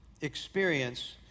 experience